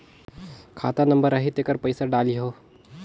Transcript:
खाता नंबर आही तेकर पइसा डलहीओ?